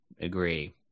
agree